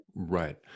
Right